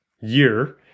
year